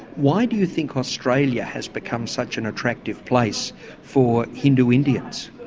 why do you think australia has become such an attractive place for hindu indians?